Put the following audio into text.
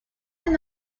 and